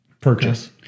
purchase